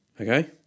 Okay